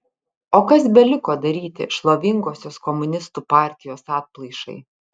o kas beliko daryti šlovingosios komunistų partijos atplaišai